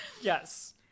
Yes